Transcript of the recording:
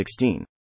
16